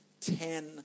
Ten